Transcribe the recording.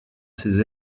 ses